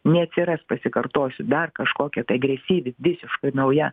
neatsiras pasikartosiu dar kažkokia tai agresyvi visiškai nauja